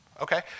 Okay